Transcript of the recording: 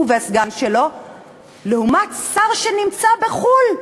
הוא והסגן שלו לעומת שר שנמצא בחו"ל.